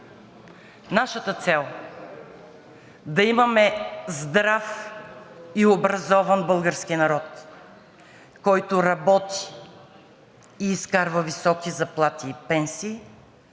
нашата цел да имаме здрав и образован български народ, който работи и изкарва високи заплати и пенсии,